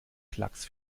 klacks